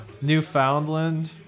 Newfoundland